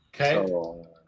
Okay